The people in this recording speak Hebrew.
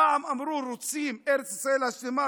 פעם אמרו: רוצים ארץ ישראל השלמה,